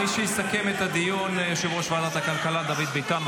מי שיסכם את הדיון הוא יושב-ראש ועדת הכלכלה דוד ביטן,